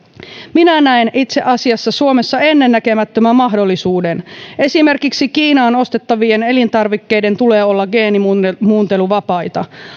minä näen itse asiassa suomessa ennennäkemättömän mahdollisuuden esimerkiksi kiinaan ostettavien elintarvikkeiden tulee olla geenimuunteluvapaita